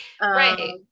right